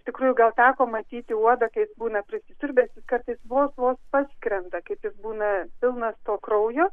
iš tikrųjų gal teko matyti uodą kai jis būna prisisiurbęs jis kartais vos vos paskrenda kaip jis būna pilnas to kraujo